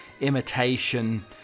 imitation